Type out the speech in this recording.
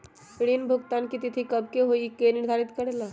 ऋण भुगतान की तिथि कव के होई इ के निर्धारित करेला?